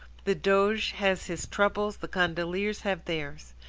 the doge has his troubles the gondoliers have theirs.